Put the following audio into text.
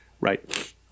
right